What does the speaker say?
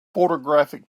photographic